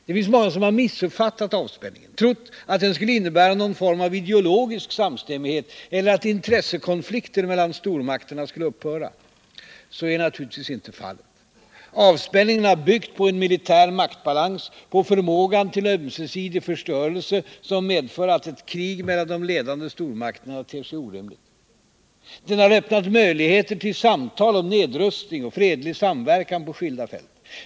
Det finns många som missuppfattat avspänningen, trott att den skulle innebära någon form av ideologisk samstämmighet eller att intressekonflikter mellan stormakterna skulle upphöra. Så är naturligtvis inte fallet. Avspänningen har byggt på en militär maktbalans, på förmåga till ömsesidig förstörelse som medför att ett krig mellan de ledande stormakterna ter sig orimligt. Den har öppnat möjligheter till samtal om nedrustning och fredlig samverkan på skilda fält.